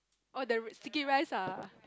oh the r~ sticky rice ah